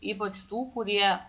ypač tų kurie